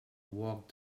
walked